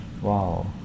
Wow